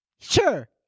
Sure